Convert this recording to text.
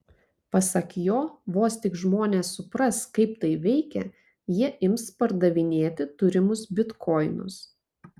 pasak jo vos tik žmonės supras kaip tai veikia jie ims pardavinėti turimus bitkoinus